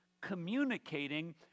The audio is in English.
communicating